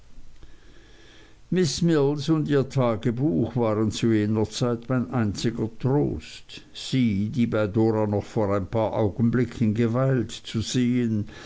miß mills und ihr tagebuch waren zu jener zeit mein einziger trost sie die bei dora noch vor ein paar augenblicken geweilt zu sehen